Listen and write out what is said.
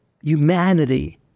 humanity